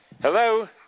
Hello